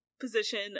position